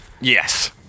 Yes